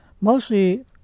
mostly